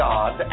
God